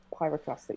pyroclastic